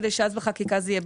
כדי שבחקיקה זה יהיה ברור.